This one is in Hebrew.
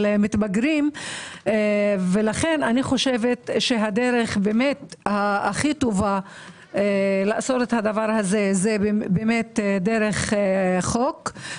מתבגרים - לכן הדרך הכי טובה לאסור זאת היא דרך חוק,